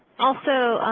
also,